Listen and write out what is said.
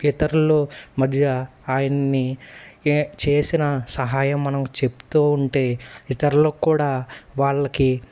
ఇతరులు మధ్య ఆయన్ని చేసిన సహాయం మనకు చెప్తూ ఉంటే ఇతరులకు కూడా వాళ్ళకి